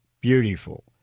beautiful